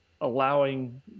allowing